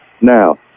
Now